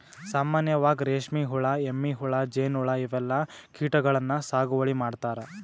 ಸಾಮಾನ್ಯವಾಗ್ ರೇಶ್ಮಿ ಹುಳಾ, ಎಮ್ಮಿ ಹುಳಾ, ಜೇನ್ಹುಳಾ ಇವೆಲ್ಲಾ ಕೀಟಗಳನ್ನ್ ಸಾಗುವಳಿ ಮಾಡ್ತಾರಾ